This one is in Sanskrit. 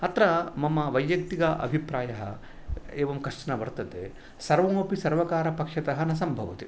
अत्र मम वैय्यक्तिक अभिप्रायः एवं कश्चन वर्तते सर्वमपि सर्वकारपक्षतः न सम्भवति